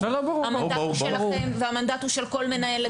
המנדט הוא שלכם והמנדט הוא של כל מנהלת